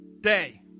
day